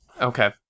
Okay